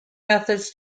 methods